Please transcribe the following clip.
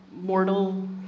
mortal